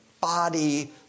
body